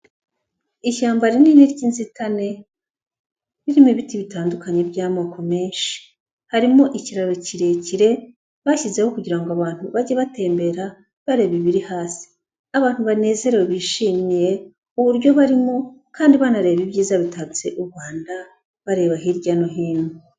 Ishyamba rinini ry'inzitane birimo ibiti bitandukanye by'amoko menshi, harimo ikiraro kirekire bashyizeho kugira ngo abantu bajye batembera bareba ibiri hasi, abantu banezerewe bishimye uburyo barimo kandi banareba ibyiza bitatse u Rwanda, bareba hirya no hino.